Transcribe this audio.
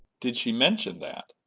did she mention that?